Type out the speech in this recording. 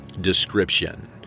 Description